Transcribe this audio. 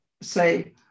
say